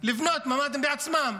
לבנות ממ"דים בעצמם.